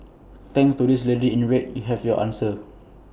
thanks to this lady in red you have your answer